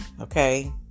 Okay